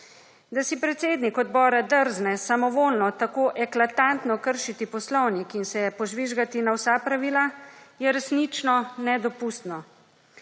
Da si predsednik odbora drzne samovoljno tako eklatantno kršiti Poslovnik in se požvižgati na vsa pravila je resnično nedopustno.